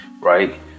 Right